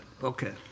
Okay